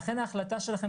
לכן ההחלטה שלכם,